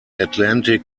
atlantic